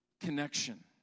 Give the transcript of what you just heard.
connection